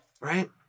Right